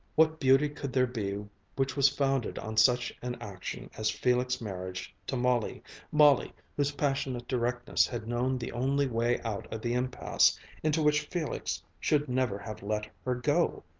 what beauty could there be which was founded on such an action as felix' marriage to molly molly, whose passionate directness had known the only way out of the impasse into which felix should never have let her go.